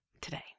today